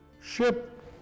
ship